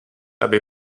aby